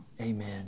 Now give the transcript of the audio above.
Amen